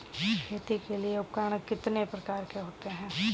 खेती के लिए उपकरण कितने प्रकार के होते हैं?